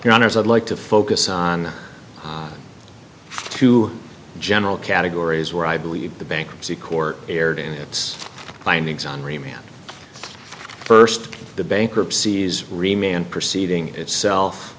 your honors i'd like to focus on two general categories where i believe the bankruptcy court erred in its findings on remaining first the bankruptcy's remained proceeding itself